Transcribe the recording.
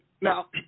now